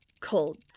cold